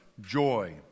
joy